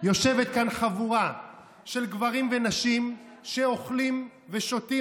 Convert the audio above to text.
יושבת כאן חבורה של גברים ונשים שאוכלים ושותים